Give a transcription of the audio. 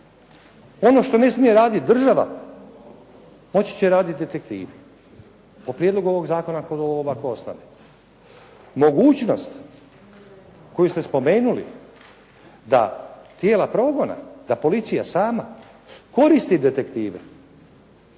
Ono što ne smije raditi država moći će raditi detektivi po prijedlogu ovog zakona ako ovo ovako ostane. Mogućnost koju ste spomenuli da tijela progona, da policija sam koristi detektive